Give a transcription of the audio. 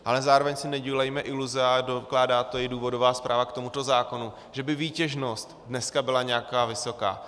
Ale zároveň si nedělejme iluze, a dokládá to i důvodová zpráva k tomuto zákonu, že by výtěžnost dneska byla nějaká vysoká.